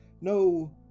no